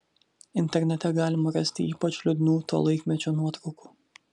internete galima rasti ypač liūdnų to laikmečio nuotraukų